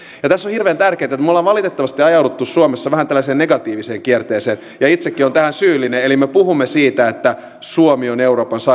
tässä on hirveän tärkeää nähdä että me olemme valitettavasti ajautuneet suomessa vähän tällaiseen negatiiviseen kierteeseen ja itsekin olen tähän syyllinen eli me puhumme siitä että suomi on euroopan sairas talous